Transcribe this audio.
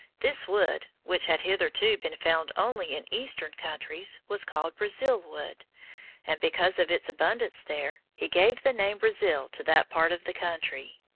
this wood, which had hitherto been found only in eastern countries, was called brazil wood and because of its abundance there, he gave the name brazil to that part of the country.